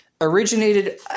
originated